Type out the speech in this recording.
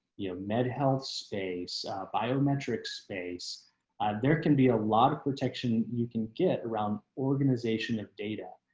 you know, med health space biometrics space there can be ah lot of protection, you can get around organization of data,